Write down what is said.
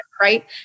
right